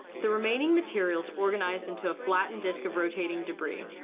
the remaining materials organized into a flattened disk of rotating debris.